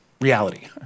reality